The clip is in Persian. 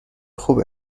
خوب